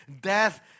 Death